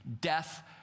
death